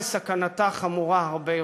וסכנתה חמורה הרבה יותר.